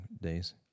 days